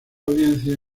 audiencia